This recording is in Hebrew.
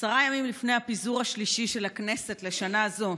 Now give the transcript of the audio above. עשרה ימים לפני הפיזור השלישי של הכנסת לשנה זו,